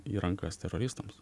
į rankas teroristams